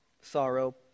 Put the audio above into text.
sorrow